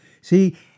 See